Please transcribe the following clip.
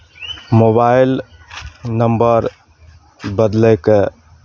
mobile number बदलयके